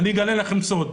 אני אגלה לכם סוג: